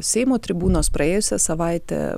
seimo tribūnos praėjusią savaitę